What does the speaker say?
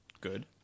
Good